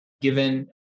given